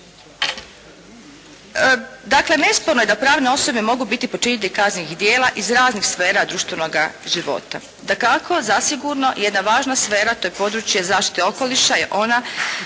Dakle, nesporno je da pravne osobe mogu biti počinitelji kaznenih djela iz raznih sfera društvenoga života. Dakako zasigurno jedna važna sfera, to je područje zaštite okoliša je ona